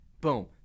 Boom